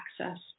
access